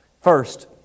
First